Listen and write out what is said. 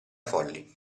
folli